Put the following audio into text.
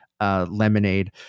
Lemonade